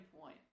point